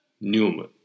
Newman